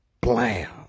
blam